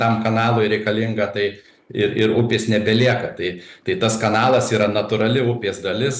tam kanalui reikalinga tai ir ir upės nebelieka tai tai tas kanalas yra natūrali upės dalis